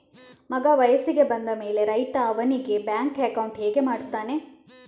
ಮಗ ವಯಸ್ಸಿಗೆ ಬಂದ ಮೇಲೆ ರೈತ ಅವನಿಗೆ ಬ್ಯಾಂಕ್ ಅಕೌಂಟ್ ಹೇಗೆ ಮಾಡ್ತಾನೆ?